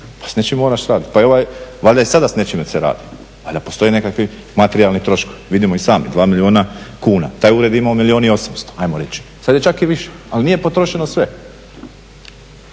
Pa s nečim moraš raditi, pa valjda i sada s nečime se radi, valjda postoje nekakvi materijalni troškovi. Vidimo i sami 2 milijuna kuna. Taj ured je imao milijun i 800, ajmo reći, sada je čak i više ali nije potrošeno sve.